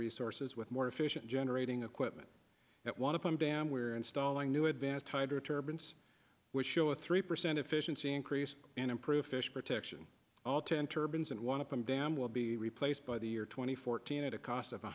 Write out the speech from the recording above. resources with more efficient generating equipment at one of them damn we're installing new advanced tighter turbans which show a three percent efficiency increase and improve fish protection all ten turbans and one of them dam will be replaced by the year two thousand and fourteen at a cost of